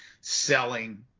selling